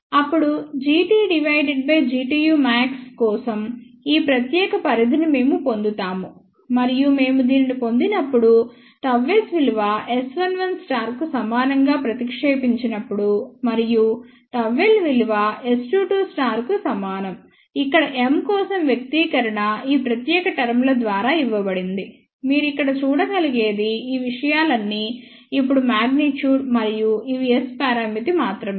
అప్పుడు Gt divided by Gtu max కోసం ఈ ప్రత్యేక పరిధిని మేము పొందుతాము మరియు మేము దీనిని పొందినప్పుడు ΓS విలువ S11 కు సమానం గా ప్రతిక్షేపించినప్పుడు మరియు ΓL విలువ S22 కు సమానం ఇక్కడ M కోసం వ్యక్తీకరణ ఈ ప్రత్యేక టర్మ్ ల ద్వారా ఇవ్వబడింది మీరు ఇక్కడ చూడగలిగేది ఈ విషయాలన్నీ ఇప్పుడు మాగ్నిట్యూడ్ మరియు ఇవి S పరామితి మాత్రమే